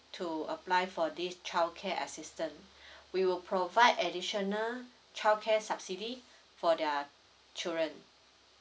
to apply for this childcare assistance we will provide additional um childcare subsidies for their children